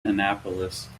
annapolis